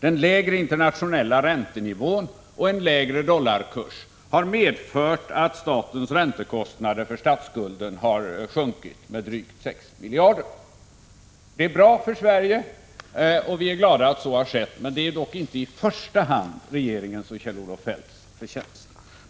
Den lägre internationella räntenivån och en lägre dollarkurs har medfört att statens räntekostnader för statsskulden har sjunkit med drygt 6 miljarder kronor. Det är bra för Sverige, och vi är glada att så har skett. Men det är inte i första hand regeringens och Kjell-Olof Feldts förtjänst.